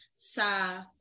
Sa